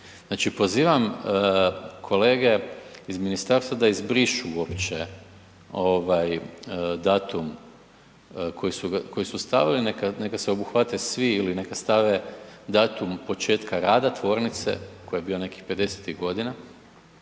Pozivam kolege iz ministarstva da izbrišu uopće datum koji su stavili neka se obuhvate svi ili neka stave datum početka rada tvornice koji je bio nekih pedesetih